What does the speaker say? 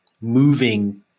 moving